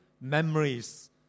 memories